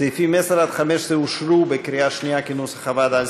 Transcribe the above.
סעיפים 10 15 אושרו בקריאה שנייה, כנוסח הוועדה.